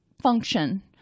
function